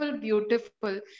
beautiful